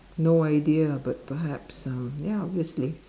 no idea but perhaps um ya obviously